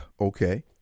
Okay